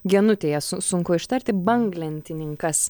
genutei ją su sunku ištarti banglentininkas